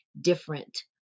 different